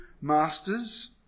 masters